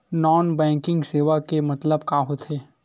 Non banking सेवा के मतलब का होथे?